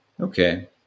Okay